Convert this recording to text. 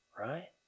Right